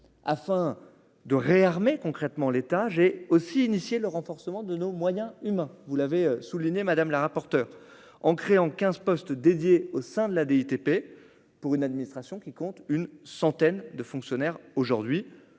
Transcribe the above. afin de réarmer concrètement l'étage est aussi initier le renforcement de nos moyens humains, vous l'avez souligné madame la rapporteure en créant 15 postes dédiés au sein de la DTP pour une administration qui compte une centaine de fonctionnaires aujourd'hui,